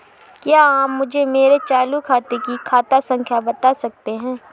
क्या आप मुझे मेरे चालू खाते की खाता संख्या बता सकते हैं?